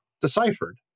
deciphered